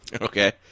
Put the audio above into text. Okay